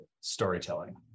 storytelling